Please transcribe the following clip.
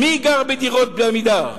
מי גר בדירות של "עמידר"?